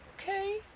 Okay